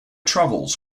travels